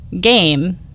game